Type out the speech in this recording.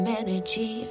energy